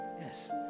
yes